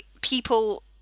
people